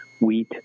wheat